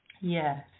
yes